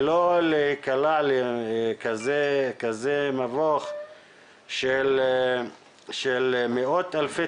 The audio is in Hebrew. ולא להיקלע לכזה מבוך של מאות אלפי